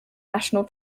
national